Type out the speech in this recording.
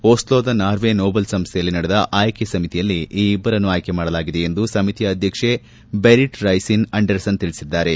ಒಸ್ಲೋದ Norway Nobel ಸಂಸ್ಥೆಯಲ್ಲಿ ನಡೆದ ಆಯ್ಕೆ ಸಮಿತಿಯಲ್ಲಿ ಈ ಇಬ್ಬರನ್ನು ಆಯ್ಕೆ ಮಾಡಲಾಗಿದೆ ಎಂದು ಸಮಿತಿಯ ಅಧ್ಯಕ್ಷೆ ಬೆರಿಟ್ ರೈಸಿಸ್ ಅಂಡರ್ಸೆನ್ ತಿಳಿಸಿದ್ದಾರೆ